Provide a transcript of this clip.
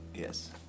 Yes